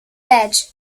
bed